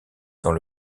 dans